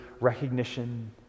recognition